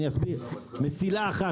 מסילה אחת,